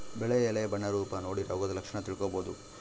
ಬೆಳೆಯ ಎಲೆ ಬಣ್ಣ ರೂಪ ನೋಡಿ ರೋಗದ ಲಕ್ಷಣ ತಿಳ್ಕೋಬೋದು